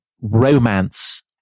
romance